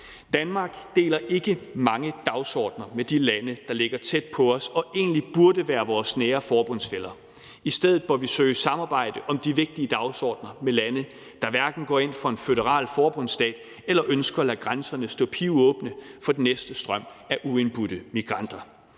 Danmark deler ikke mange dagsordener med de lande, der ligger tæt på os og egentlig burde være vores nære forbundsfæller. I stedet bør vi søge samarbejde om de vigtige dagsordener med lande, der hverken går ind for en føderal forbundsstat eller ønsker at lade grænserne stå pivåbne for den næste strøm af uindbudte migranter.